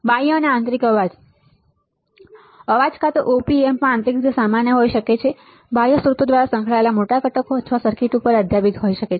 બાહ્ય અને આંતરિક અવાજ અવાજ કાં તો op Ampમાં આંતરિક રીતે સામાન્ય હોઈ શકે છે બાહ્ય સ્ત્રોતો દ્વારા સંકળાયેલ મોટા ઘટકો અથવા સર્કિટ પર અધ્યાપિત હોય શકે છે